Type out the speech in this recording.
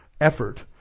effort